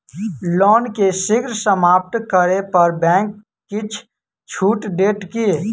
loan केँ शीघ्र समाप्त करै पर बैंक किछ छुट देत की